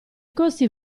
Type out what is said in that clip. costi